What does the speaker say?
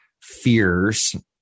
fears